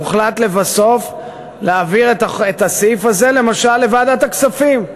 הוחלט לבסוף להעביר את הסעיף הזה למשל לוועדת הכספים.